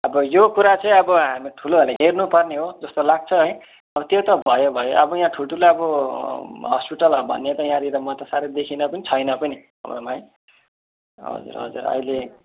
अब यो कुरा चाहिँ अब हामी ठुलोहरूले हेर्नु पर्ने हो जस्तो लाग्छ है अब त्यो त भयो भयो अब यहाँ ठुल्ठुलो अब हस्पिटल भन्ने त यहाँनिर मैले त साह्रै देखिँन पनि छैन पनि है हजुर हजुर अहिले